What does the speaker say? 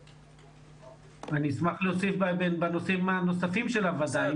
אני אשמח להוסיף בנושאים הנוספים של הוועדה.